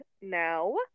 now